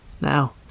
Now